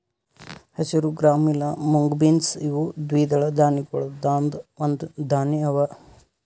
ಹಸಿರು ಗ್ರಾಂ ಇಲಾ mung beans ಇವು ದ್ವಿದಳ ಧಾನ್ಯಗೊಳ್ದಾಂದ್ ಒಂದು ಧಾನ್ಯ ಅವಾ